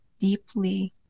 deeply